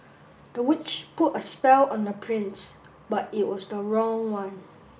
the witch put a spell on the prince but it was the wrong one